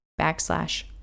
Backslash